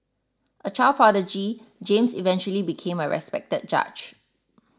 a child prodigy James eventually became a respected judge